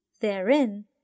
therein